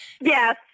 Yes